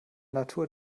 natur